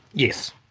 yes.